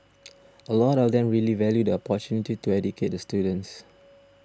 a lot of them really value the opportunity to educate the students